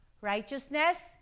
Righteousness